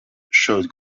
showed